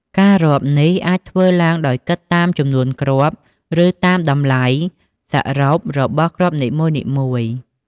ការរាប់នេះអាចធ្វើឡើងដោយគិតតាមចំនួនគ្រាប់ ឬតាមតម្លៃសរុបរបស់គ្រាប់នីមួយៗ។